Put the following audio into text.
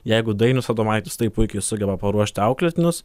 jeigu dainius adomaitis tai puikiai sugeba paruošti auklėtinius